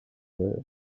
will